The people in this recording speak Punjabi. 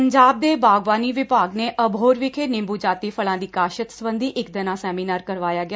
ਪੰਜਾਬ ਦੇ ਬਾਗਬਾਨੀ ਵਿਭਾਗ ਨੇ ਅਬੋਹਰ ਵਿਖੇ ਨਿੰਬ ਜਾਤੀ ਫਲਾਂ ਦੀ ਕਾਸ਼ਤ ਸਬੰਧੀ ਇਕ ਦਿਨਾਂ ਸੈਮੀਨਾਰ ਕਰਵਾਇਆ ਗਿਆ